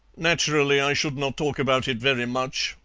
naturally, i should not talk about it very much,